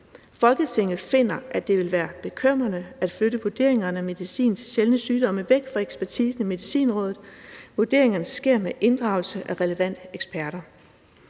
Folketinget finder, at det ville være bekymrende at flytte vurderingerne af medicin til sjældne sygdomme væk fra ekspertisen i Medicinrådet. Vurderingerne sker med inddragelse af relevante eksperter.